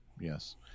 Yes